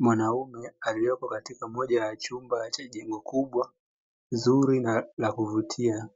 Mwanaume aliyepo katika moja ya chumba cha jengo kubwa, zuri na la kuvutia.